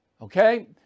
okay